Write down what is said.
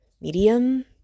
medium